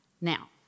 Now